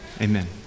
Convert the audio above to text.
Amen